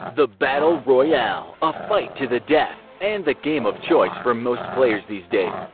the battle royale, a fight to the death, and the game of choice for most players these days.